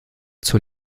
zur